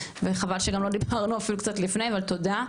וחבל שגם לא דיברנו אפילו קצת לפני, אבל תודה.